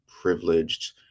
privileged